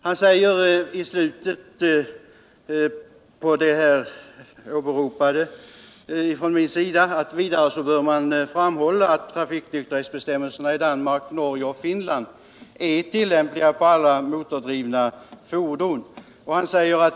Han säger i propositionen, jag citerar: ”Vidare bör framhållas att trafiknykterhetsbestämmelserna i Danmark, Norge och Finland är tillämpliga på alla motordrivna fordon.